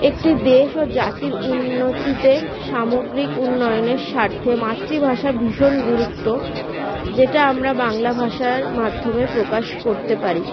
একটি দেশ ও জাতির উন্নতিতে সামগ্রিক উন্নয়নের স্বার্থে মাতৃভাষা ভীষণ গুরুত্ব যেটা আমরা বাংলা ভাষার মাধ্যমে প্রকাশ করতে পারি